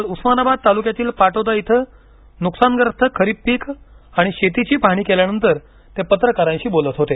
काल उस्मानाबाद तालुक्यातील पाटोदा येथे नुकसानग्रस्त खरीप पीके आणि शेतीची पाहणी केल्यानंतर ते पत्रकारांशी बोलत होते